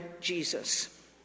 Jesus